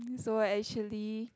so actually